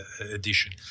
edition